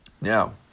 Now